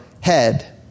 head